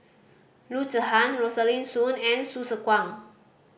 Loo Zihan Rosaline Soon and Hsu Tse Kwang